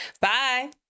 Bye